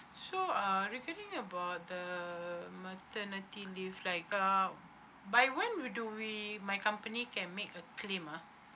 so uh regarding about the maternity leave like uh by when we do we my company can make a claim ah